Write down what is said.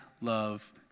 love